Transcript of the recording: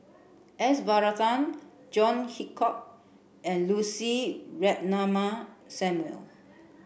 S Varathan John Hitchcock and Lucy Ratnammah Samuel